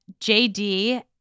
JD